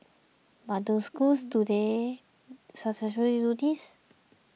but do schools today successfully do this